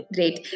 Great